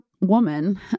woman